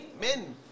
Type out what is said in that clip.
men